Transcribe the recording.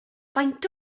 faint